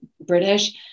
British